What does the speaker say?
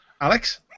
Alex